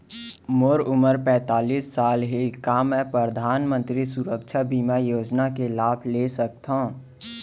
मोर उमर पैंतालीस साल हे का मैं परधानमंतरी सुरक्षा बीमा योजना के लाभ ले सकथव?